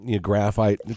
graphite